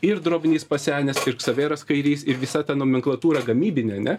ir drobnys pasenęs ir ksaveras kairys ir visa ta nomenklatūra gamybinė ane